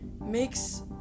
makes